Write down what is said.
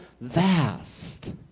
vast